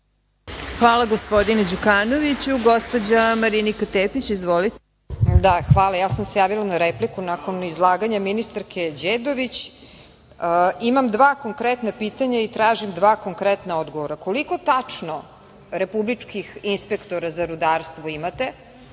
Hvala, gospodine Đukanoviću. Gospođa Marinika Tepić, izvolite. **Marinika Tepić** Ja sam se javila za repliku nakon izlaganja ministarke Đedović. Imam dva konkretna pitanja i tražim dva konkretna odgovora. Koliko tačno republičkih inspektora za rudarstvo imate,